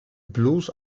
bloß